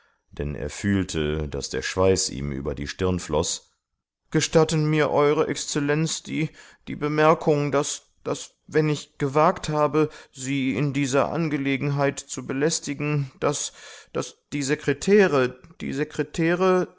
denn er fühlte daß der schweiß ihm über die stirn floß gestatten mir ew exzellenz die bemerkung daß wenn ich gewagt habe sie in dieser angelegenheit zu belästigen daß daß die sekretäre die sekretäre